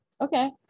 Okay